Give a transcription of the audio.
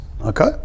Okay